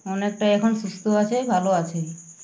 অনেকটাই এখন সুস্থ আছে ভালো আছে